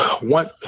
One